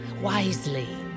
wisely